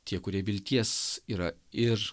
tie kurie vilties yra ir